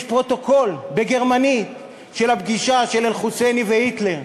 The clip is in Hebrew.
יש פרוטוקול בגרמנית של הפגישה של אל-חוסייני והיטלר.